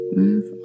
move